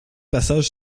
passage